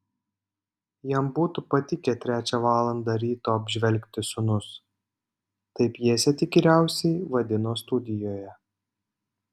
jam būtų patikę trečią valandą ryto apžvelgti sūnus taip pjesę tikriausiai vadino studijoje